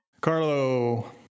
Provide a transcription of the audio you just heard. Carlo